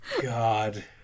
God